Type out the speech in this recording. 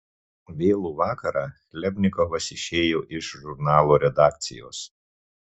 vėlų vakarą chlebnikovas išėjo iš žurnalo redakcijos